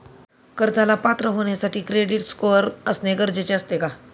कर्जाला पात्र होण्यासाठी क्रेडिट स्कोअर असणे गरजेचे असते का?